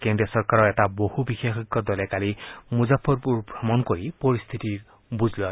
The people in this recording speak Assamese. কেন্দ্ৰীয় চৰকাৰৰ এটা বহু বিশেষজ্ঞ দলে কালি মুজফফৰপুৰ ভ্ৰমণ কৰি পৰিস্থিতিৰ বুজ লয়